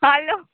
hello